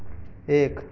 एक